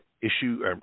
issue